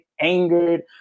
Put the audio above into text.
angered